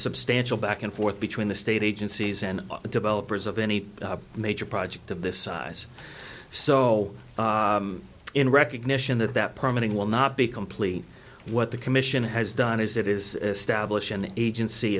substantial back and forth between the state agencies and the developers of any major project of this size so in recognition that that permanent will not be complete what the commission has done is that is